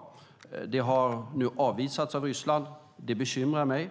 Det initiativet har nu avvisats av Ryssland. Det bekymrar mig.